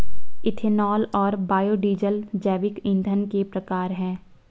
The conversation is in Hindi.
इथेनॉल और बायोडीज़ल जैविक ईंधन के प्रकार है